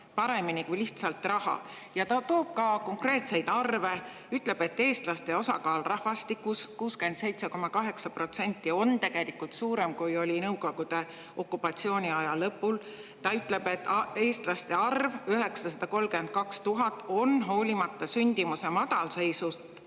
paremini kui lihtsalt raha [‑‑‑]." Ta toob ka konkreetseid arve ja ütleb, et eestlaste osakaal rahvastikus – 67,8% – on tegelikult suurem, kui oli nõukogude okupatsiooniaja lõpul. Ta ütleb, et eestlaste arv, 932 000, on hoolimata sündimuse madalseisust